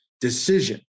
decision